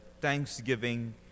Thanksgiving